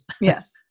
Yes